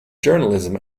journalism